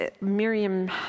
Miriam